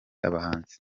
abahanzi